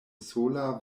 sola